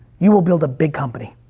you will build a big company.